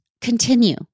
continue